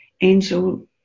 angel